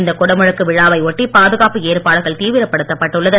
இந்த குடமுழுக்கு விழாவை ஒட்டி பாதுகாப்பு ஏற்பாடுகள் தீவிரப்படுத்தப்பட்டுள்ளது